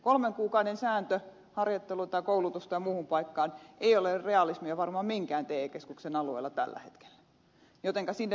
kolmen kuukauden sääntö harjoittelu koulutus tai muuhun paikkaan ei ole realismia varmaan minkään te keskuksen alueella tällä hetkellä jotenka sinne lisäsatsauksia tarvitaan